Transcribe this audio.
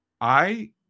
I-